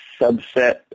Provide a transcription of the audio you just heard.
subset